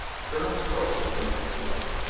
colonel stow was more polite.